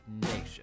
nation